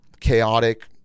chaotic